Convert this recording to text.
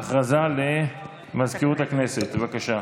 הודעה למזכירות הכנסת, בבקשה.